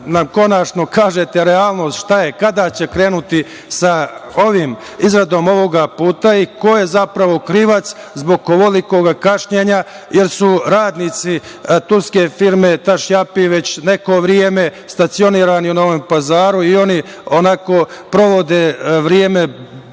konačno kažete realnost, šta je, kada će krenuti sa izradom ovog puta i ko je zapravo krivac zbog ovolikog kašnjenja, jer su radnici turske firme „Tašjapi“ već neko vreme stacionirani u Novom Pazaru i oni onako provode vreme